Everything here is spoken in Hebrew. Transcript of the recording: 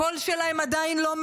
הקול שלהם עדיין לא מהדהד,